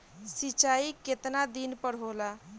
सिंचाई केतना दिन पर होला?